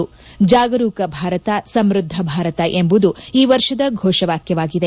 ಜಾಗರೂಕ ಭಾರತ ಸಮೃದ್ದ ಭಾರತ ಎಂಬುದು ಈ ವರ್ಷದ ಘೋಷವಾಕ್ಲವಾಗಿದೆ